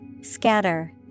Scatter